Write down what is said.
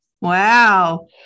Wow